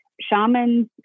shamans